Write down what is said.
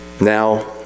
Now